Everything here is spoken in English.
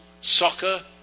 soccer